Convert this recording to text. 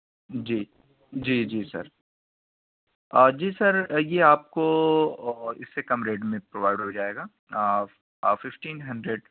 جی جی جی سر جی سر یہ آپ کو اس سے کم ریٹ میں پرووائڈ ہو جائے گا ففٹین ہنڈریڈ